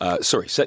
sorry